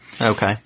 Okay